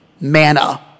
Manna